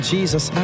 Jesus